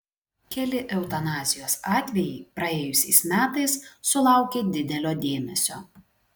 keli eutanazijos atvejai praėjusiais metais sulaukė didelio dėmesio